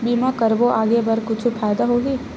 बीमा करबो आगे बर कुछु फ़ायदा होही?